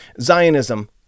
Zionism